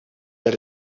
that